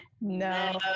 No